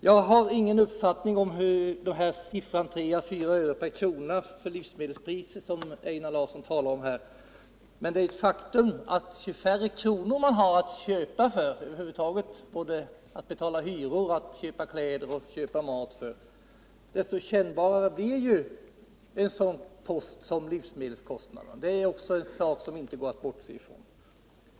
Jag har ingen uppfattning när det gäller andelen av matpriserna på tre fyra öre per krona, som Einar Larsson talar om här, men det är ett faktum att ju färre kronor man har att betala mat, kläder och hyror med, desto kännbarare blir en sådan post som livsmedelskostnaderna — det är något som man inte kan bortse ifrån.